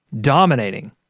dominating